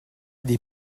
des